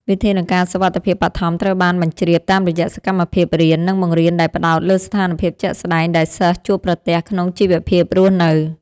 វិធានការសុវត្ថិភាពបឋមត្រូវបានបញ្ជ្រាបតាមរយៈសកម្មភាពរៀន និងបង្រៀនដែលផ្ដោតលើស្ថានភាពជាក់ស្ដែងដែលសិស្សជួបប្រទះក្នុងជីវភាពរស់នៅ។